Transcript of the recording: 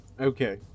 Okay